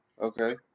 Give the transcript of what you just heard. Okay